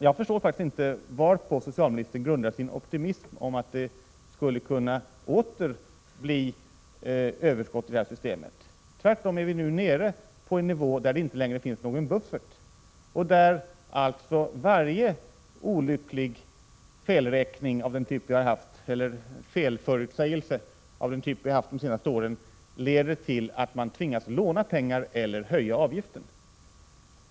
Jag förstår alltså inte varpå socialministern grundar sin optimism när hon säger att det åter skulle kunna bli ett överskott i systemet. Tvärtom är vi nu nere på en nivå där det inte längre finns någon buffert och där varje olycklig felförutsägelse av den typ vi haft de senaste åren leder till att man tvingas låna pengar eller höja avgiften.